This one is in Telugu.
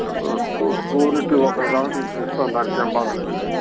షూరిటి ఒకరు కావాలంటే ఇద్దరు ఇస్తాం దానికేం బాధపడేది లేదు